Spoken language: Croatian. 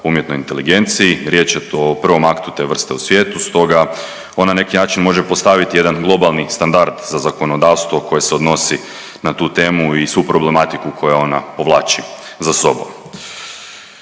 umjetnoj inteligenciji. Riječ je o prvom aktu te vrste u svijetu, stoga ona na neki način može postavit jedan globalni standard za zakonodavstvo koje se odnosi na tu temu i svu problematiku koju ona povlači za sobom.